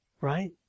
Right